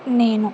నేను